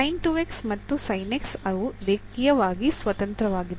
sin 2 x ಮತ್ತು sin x ಅವು ರೇಖೀಯವಾಗಿ ಸ್ವತಂತ್ರವಾಗಿವೆ